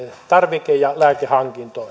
tarvike ja lääkehankintoja